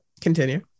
continue